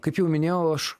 kaip jau minėjau aš